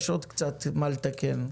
יש עוד קצת מה לתקן.